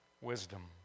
wisdom